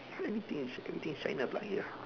everything is everything is China plug here